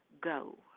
Go